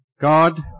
God